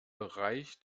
bereich